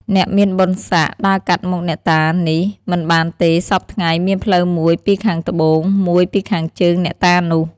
អ្នកមានបុណ្យស័ក្ដិ ដើរកាត់មុខអ្នកតានេះ មិនបានទេ សព្វថ្ងៃ មានផ្លូវមួយពីខាងត្បូង មួយពីខាងជើងអ្នកតានោះ ។